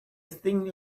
thing